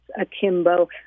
Akimbo